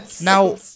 now